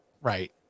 Right